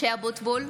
(קוראת בשמות חברי הכנסת) משה אבוטבול,